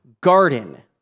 garden